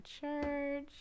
church